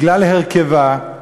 בגלל הרכבה,